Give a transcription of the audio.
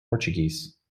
portuguese